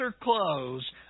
clothes